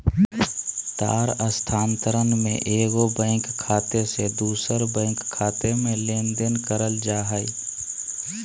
तार स्थानांतरण में एगो बैंक खाते से दूसर बैंक खाते में लेनदेन करल जा हइ